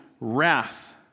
wrath